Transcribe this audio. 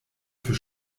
für